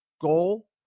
goal